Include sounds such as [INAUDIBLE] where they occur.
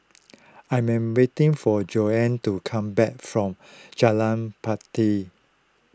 I am waiting for Jonna to come back from [NOISE] Jalan Batai